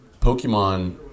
pokemon